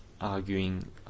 arguing